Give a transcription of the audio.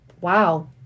wow